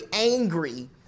angry